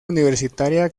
universitaria